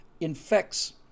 infects